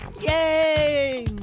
Yay